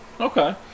Okay